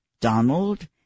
Donald